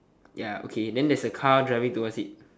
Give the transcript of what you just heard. ya okay then there's a car driving towards it